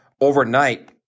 Overnight